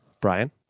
Brian